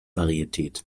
varietät